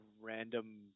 random